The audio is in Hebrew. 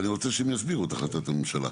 אבל אני רוצה שהם יסבירו את החלטת הממשלה.